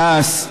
תע"ש,